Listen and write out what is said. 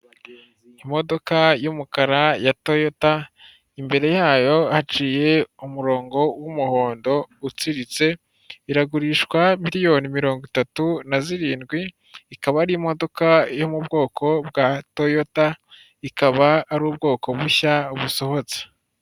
Imodoka y'umukara ya toyota, imbere yayo haciye umurongo w'umuhondo utsiritse, iragurishwa miliyoni mirongo itatu na zirindwi, ikaba ari imodoka yo mu bwoko bwa toyota, ikaba ari ubwoko bushya busohotse.